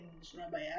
Surabaya